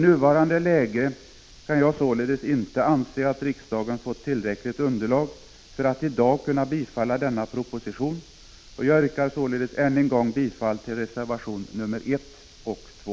I nuvarande läge kan jag således inte anse att riksdagen fått tillräckligt underlag för att i dag kunna bifalla denna proposition, och jag yrkar därför än en gång bifall till reservationerna nr 1 och 2.